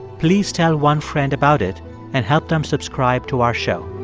please tell one friend about it and help them subscribe to our show